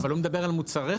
אבל הוא מדבר על מוצרי חלב.